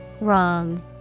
Wrong